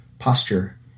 posture